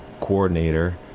coordinator